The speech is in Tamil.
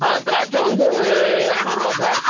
ஆ திராட்சை வந்து இரநூறுவா சார்